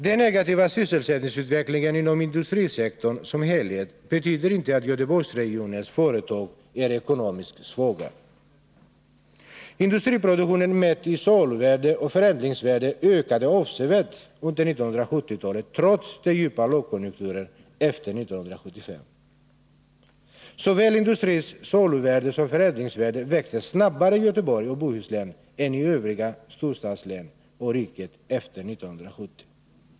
Den negativa sysselsättningsutvecklingen inom industrisektorn som helhet betyder inte att Göteborgsregionens företag är ekonomiskt svaga. Industriproduktionen, mätt i saluvärde och förädlingsvärde, ökade avsevärt under 1970-talet, trots den djupa lågkonjunkturen efter 1975. Såväl industrins saluvärde som dess förädlingsvärde växte snabbare i Göteborgs och Bohus län än i övriga storstadslän och i riket efter 1970.